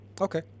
Okay